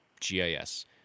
GIS